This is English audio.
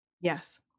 Yes